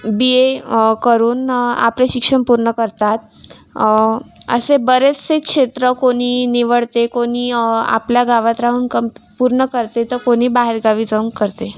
बी A करून आपले शिक्षण पूर्ण करतात असे बरेचसे क्षेत्र कोणी निवडते कोणी आपल्या गावात राहून काम पूर्ण करते तर कोणी बाहेरगावी जाऊन करते